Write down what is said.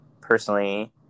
personally